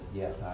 yes